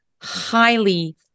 highly